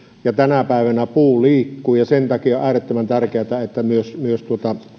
ja tänä päivänä puu liikkuu ja sen takia on äärettömän tärkeätä että myös myös